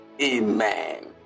Amen